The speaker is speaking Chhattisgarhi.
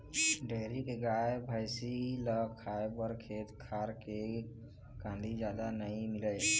डेयरी के गाय, भइसी ल खाए बर खेत खार के कांदी जादा नइ मिलय